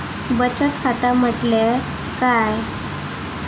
बचत खाता म्हटल्या काय?